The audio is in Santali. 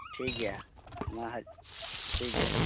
ᱴᱷᱤᱠᱜᱮᱭᱟ ᱢᱟ ᱦᱟᱸᱜ ᱴᱷᱤᱠᱜᱮᱭᱟ